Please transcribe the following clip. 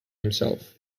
himself